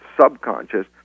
subconscious